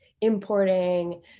importing